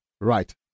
Right